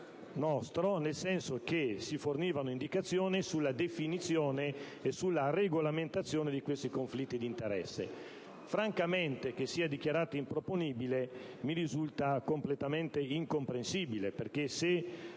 nel senso che si fornivano indicazioni sulla definizione e regolamentazione di questi conflitti d'interesse. Francamente, che sia dichiarato improponibile mi risulta completamente incomprensibile. Se